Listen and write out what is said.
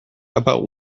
about